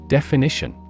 Definition